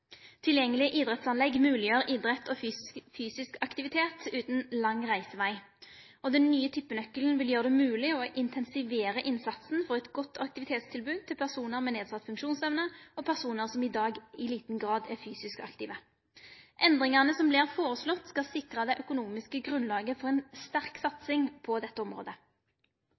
idrettsanlegg mogleggjer idrett og fysisk aktivitet utan lang reiseveg. Den nye tippenøkkelen vil gjere det mogleg å intensivere innsatsen for eit godt aktivitetstilbod til personar med nedsett funksjonsevne og personar som i dag i liten grad er fysisk aktive. Endringane som vert føreslåtte, skal sikre det økonomiske grunnlaget for ei sterk satsing på dette området.